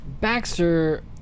Baxter